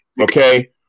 okay